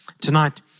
Tonight